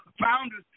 founders